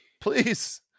please